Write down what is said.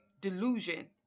delusion